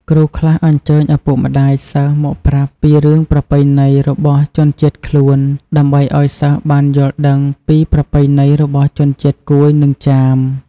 គ្រូខ្លះអញ្ជើញឪពុកម្ដាយសិស្សមកប្រាប់ពីរឿងប្រពៃណីរបស់ជនជាតិខ្លួន ដើម្បីឱ្យសិស្សបានយល់ដឹងពីប្រពៃណីរបស់ជនជាតិកួយ និងចាម។